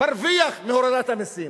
מרוויח מהורדת המסים?